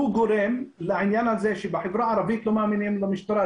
הוא גורם לעניין הזה שבחברה הערבית לא מאמינים למשטרה,